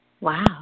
Wow